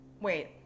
wait